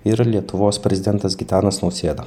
ir lietuvos prezidentas gitanas nausėda